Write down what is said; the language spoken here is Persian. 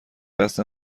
قصد